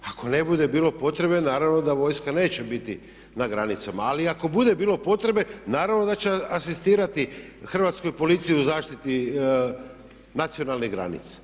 Ako ne bude bilo potrebe naravno da vojska neće biti na granicama, ali i ako bude bilo potrebe naravno da će asistirati Hrvatskoj policiji u zaštiti nacionalnih granica.